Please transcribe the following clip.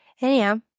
Anyhow